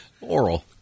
Oral